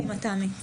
תמי, קדימה.